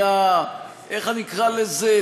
איך אקרא לזה?